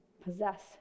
possess